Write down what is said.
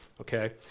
okay